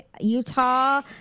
Utah